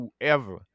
whoever